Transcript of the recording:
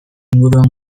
inguruan